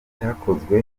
cyakozwe